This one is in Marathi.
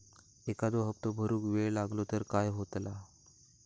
एखादो हप्तो भरुक वेळ लागलो तर काय होतला?